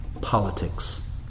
politics